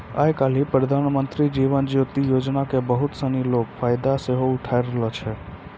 आइ काल्हि प्रधानमन्त्री जीवन ज्योति योजना के बहुते सिनी लोक फायदा सेहो उठाय रहलो छै